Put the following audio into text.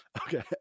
Okay